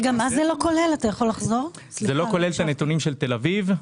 זה לא כולל את תל אביב?